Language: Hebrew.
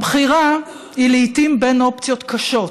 הבחירה היא לעיתים בין אופציות קשות.